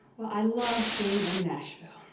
well, i love being in nashville.